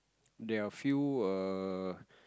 there are a few err